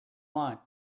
want